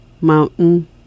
Mountain